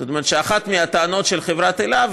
זאת אומרת שאחת מהטענות של חברת אל"ה,